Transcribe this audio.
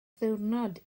ddiwrnod